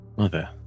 Mother